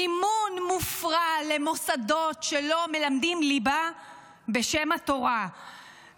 מימון מופרע למוסדות שלא מלמדים ליבה בשם התורה,